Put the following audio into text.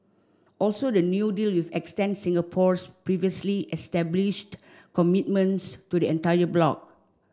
also the new deal extend Singapore's previously established commitments to the entire bloc